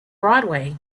broadway